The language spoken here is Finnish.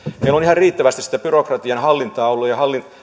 meillä on ihan riittävästi sitä byrokratian hallintaa ollut ja